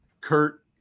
Kurt